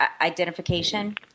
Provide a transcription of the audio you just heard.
identification